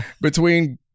Between-